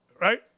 Right